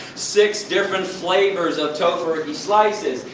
six different flavors of tofurky slices.